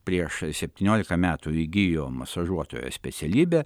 prieš septyniolika metų įgijo masažuotojo specialybę